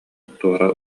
туора